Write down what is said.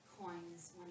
coins